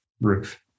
roof